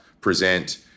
present